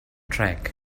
track